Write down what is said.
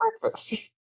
Breakfast